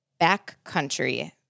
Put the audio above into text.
backcountry